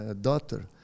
daughter